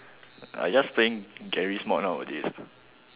I just playing Garry's mod nowadays